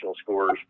scores